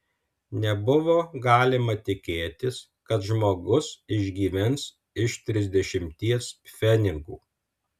nebuvo galima tikėtis kad žmogus išgyvens iš trisdešimties pfenigų